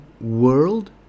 world